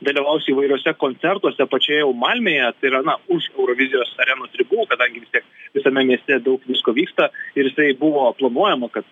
dalyvaus įvairiuose koncertuose pačioje jau malmėje tai yra na už eurovizijos arenos ribų kadangi vis tiek visame mieste daug visko vyksta ir jisai buvo planuojama kad